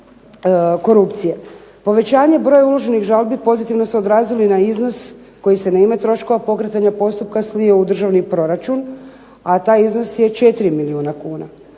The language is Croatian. korupcije. Povećanje broja uloženih žalbi pozitivno se odrazilo i na iznos koji se na ime troškova pokretanja postupka slio u državni proračun, a taj iznos je 4 milijuna kuna.